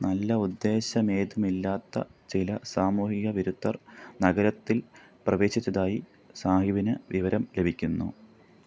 നല്ല ഉദ്ദേശം ഏതുമില്ലാത്ത ചില സാമൂഹിക വിരുദ്ധർ നഗരത്തിൽ പ്രവേശിച്ചതായി സാഹിബിന് വിവരം ലഭിക്കുന്നു